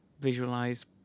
visualize